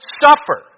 suffer